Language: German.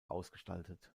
ausgestaltet